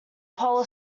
polar